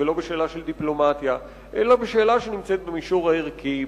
ולא בשאלה של דיפלומטיה אלא בשאלה שנמצאת במישור הערכי,